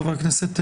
חבר הכנסת